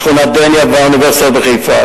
שכונת דניה והאוניברסיטה בחיפה,